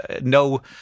no